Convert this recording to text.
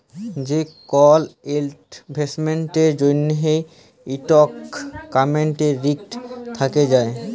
যে কল ইলভেস্টমেল্টের জ্যনহে ইকট মার্কেট রিস্ক থ্যাকে যায়